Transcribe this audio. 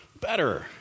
better